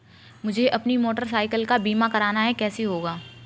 मुझे अपनी motorcycle का बीमा करना है कैसे होगा?